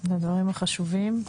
על הדברים החשובים.